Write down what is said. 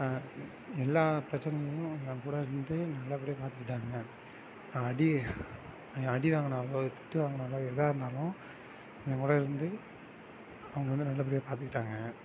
எல்லா பிரச்சனைலேயும் என் கூட இருந்து நல்லபடியாக பார்த்துகிட்டாங்க அடி அடி வாங்கினாலோ திட்டு வாங்கினாலோ எதாக இருந்தாலும் என் கூட இருந்து அவங்க வந்து நல்லபடியாக பார்த்துகிட்டாங்க